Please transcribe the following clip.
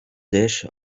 dish